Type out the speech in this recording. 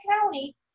County